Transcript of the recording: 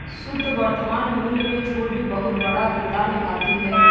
शुद्ध वर्तमान मूल्य में छूट भी बहुत बड़ा किरदार निभाती है